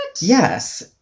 Yes